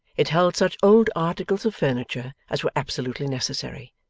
it held such old articles of furniture as were absolutely necessary,